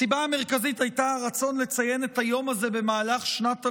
הסיבה המרכזית הייתה הרצון לציין את היום במהלך שנת הלימודים,